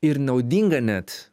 ir naudinga net